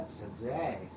today